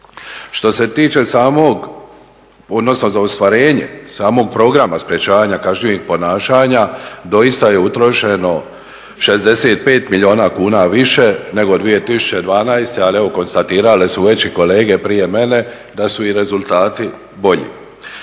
Što se tiče samog, odnosno za ostvarenje samog programa sprječavanja kažnjivih ponašanja doista je utrošeno 65 milijuna kuna više nego 2012. Ali evo konstatirale su već i kolege prije mene da su i rezultati bolji.